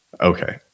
Okay